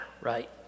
right